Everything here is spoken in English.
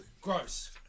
Gross